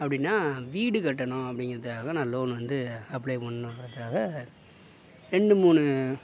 அப்படினா வீடு கட்டணும் அப்படிங்கிறதுக்காக தான் நான் லோன் வந்து அப்ளை பண்ணுங்குறதுக்காக ரெண்டு மூணு